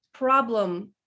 problem